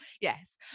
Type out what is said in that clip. Yes